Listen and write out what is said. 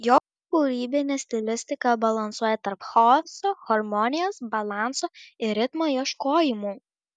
jo kūrybinė stilistika balansuoja tarp chaoso harmonijos balanso ir ritmo ieškojimų